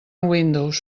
windows